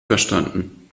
verstanden